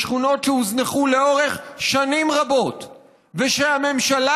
בשכונות שהוזנחו לאורך שנים רבות והממשלה